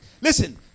Listen